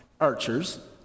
archers